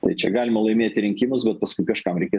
tai čia galima laimėti rinkimus bet paskui kažkam reikia